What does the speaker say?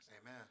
Amen